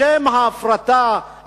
בשם ההפרטה,